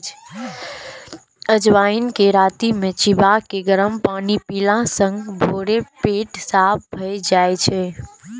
अजवाइन कें राति मे चिबाके गरम पानि पीला सं भोरे पेट साफ भए जाइ छै